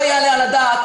לא יעלה על הדעת,